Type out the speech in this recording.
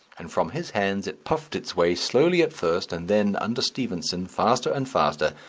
and from his hands it puffed its way, slowly at first, and then, under stephenson, faster and faster,